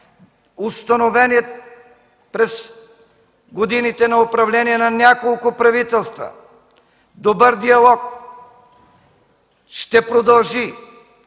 установеният през годините на управление на няколко правителства добър диалог ще продължи.